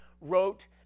wrote